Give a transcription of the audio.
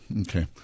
Okay